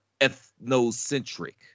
ethnocentric